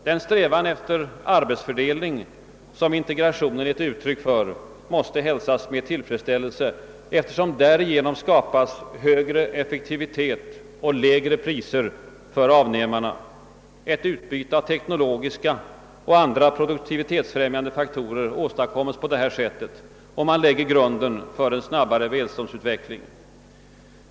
Den strävan efter arbetsfördelning som integrationen är ett uttryck för måste hälsas med tillfredsställelse, eftersom därigenom skapas högre effektivitet och lägre priser för avnämarna. Ett utbyte av teknologiska och andra produktivitetsfrämjande faktorer åstadkommes på detta sätt, och man lägger grunden för en snabbare välståndsutveckling.